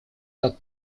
как